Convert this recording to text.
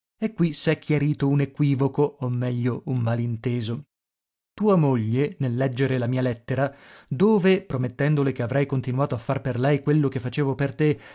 e qui s'è chiarito un equivoco o meglio un malinteso tua moglie nel leggere la mia lettera dove promettendole che avrei continuato a far per lei quello che facevo per te